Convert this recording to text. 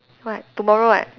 what tomorrow what